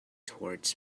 towards